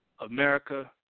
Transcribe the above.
America